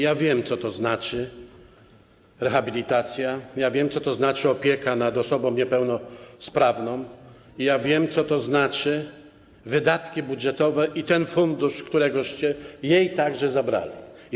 Ja wiem, co to znaczy: rehabilitacja, ja wiem, co to znaczy: opieka nad osobą niepełnosprawną, ja wiem, co to znaczy: wydatki budżetowe i ten fundusz, który jej także zabraliście.